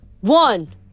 one